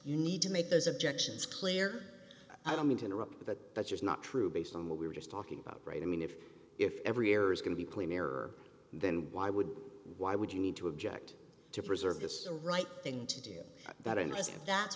you need to make those objections clear i don't mean to interrupt but that's just not true based on what we were just talking about right i mean if if every error is going to be plain error then why would why would you need to object to preserve this the right thing to do that unless that's